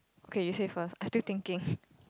okay you say first I still thinking